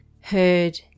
heard